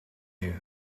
you